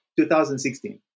2016